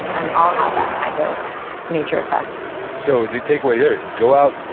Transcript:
and i'll have that kind of nature effect so, the takeaway there, go out,